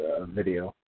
video